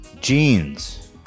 Jeans